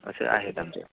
असे आहेत आमचे